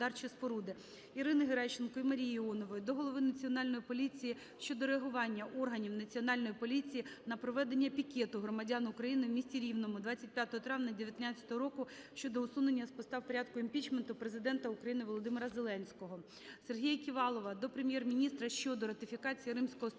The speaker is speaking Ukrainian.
Ірини Геращенко та Марії Іонової до голови Національної поліції щодо реагування органів Національної поліції на проведення пікету громадян України у місті Рівному 25 травня 19-го року щодо усунення з поста в порядку імпічменту Президента України Володимира Зеленського. Сергія Ківалова до Прем'єр-міністра щодо ратифікації Римського статуту